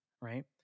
right